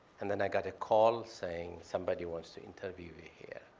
and then i got a call saying somebody wants to interview me here.